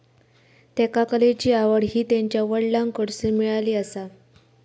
त्येका कलेची आवड हि त्यांच्या वडलांकडसून मिळाली आसा